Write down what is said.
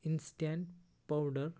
instant powder